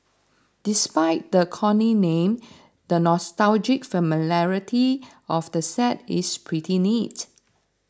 despite the corny name the nostalgic familiarity of the set is pretty neat